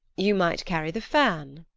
you might carry the fan.